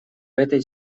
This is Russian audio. этой